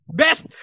best